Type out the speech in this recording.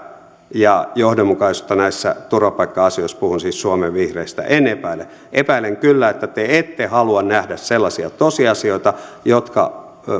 ja johdonmukaisuuttanne näissä turvapaikka asioissa puhun siis suomen vihreistä en epäile epäilen kyllä että te ette halua nähdä sellaisia tosiasioita jotka